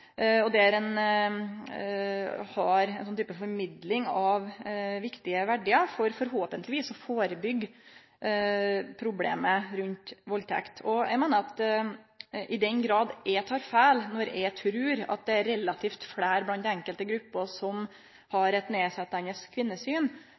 overfallsvaldtektene, der det handla om å formidle det vi gjerne oppfattar som og kallar norske verdiar og norsk kvinnesyn, og likestillingsperspektivet – ein type formidling av viktige verdiar for forhåpentlegvis å førebyggje problemet rundt valdtekt. Eg meiner i den grad eg tek feil når eg trur at det relativt sett er fleire